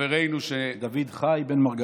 דוד חי בן מרגלית.